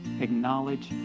acknowledge